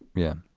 yeah.